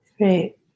Right